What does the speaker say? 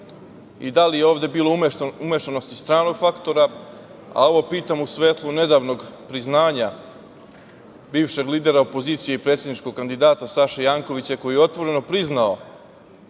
– da li je ovde bilo imešanosti stranog faktora, a ovo pitam u svetlu nedavnog priznanja bivšeg lidera opozicije i predsedničkog kandidata Saše Jankovića koji je otvoreno priznao